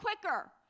quicker